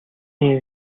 үеийн